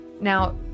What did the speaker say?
Now